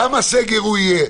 כמה סגר הוא יהיה,